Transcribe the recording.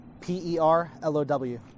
P-E-R-L-O-W